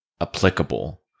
applicable